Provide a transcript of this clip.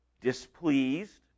displeased